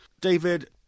David